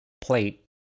plate